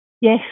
Yes